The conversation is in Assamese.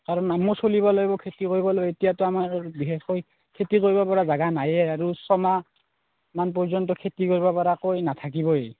কাৰণ আমিও চলিব লাগিব খেতি কৰিবলৈ এতিয়াতো আমাৰ বিশেষকৈ খেতি কৰিব পৰা জেগা নায়েই আৰু ছমাহ মান পৰ্যন্ত খেতি কৰিব পৰাকৈ নাথাকিবই